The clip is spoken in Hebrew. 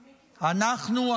אנחנו,